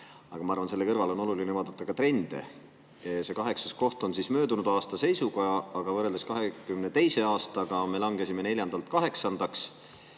aga ma arvan, et selle kõrval on oluline vaadata ka trende. See kaheksas koht on möödunud aasta seisuga, aga võrreldes 2022. aastaga me langesime neljandalt [kohalt] kaheksandaks.